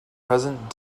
present